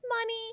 money